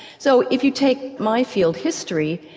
so if you take my field, history,